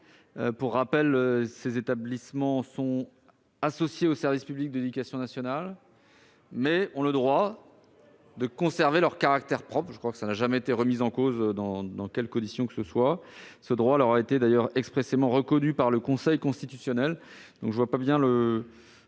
Pour rappel, ces établissements sont certes associés au service public de l'éducation nationale, mais ils ont le droit de conserver leur caractère propre, principe qui n'a jamais été remis en cause au cours de quelque audition que ce soit. Ce droit leur a été expressément reconnu par le Conseil constitutionnel.